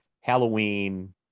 halloween